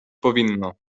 powinno